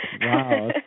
Wow